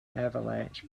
avalanche